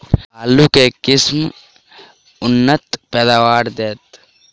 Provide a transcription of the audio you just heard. आलु केँ के किसिम उन्नत पैदावार देत?